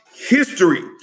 history